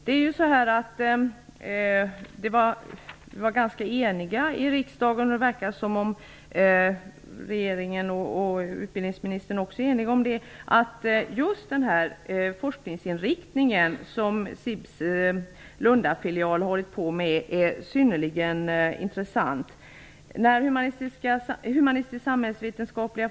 Vi var ganska eniga i riksdagen om att just den forskningsinriktning som SIB:s Lundafilial har haft är synnerligen intressant. Det verkar som om regeringen och utbildningsministern också är eniga om det.